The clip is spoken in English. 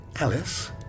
Alice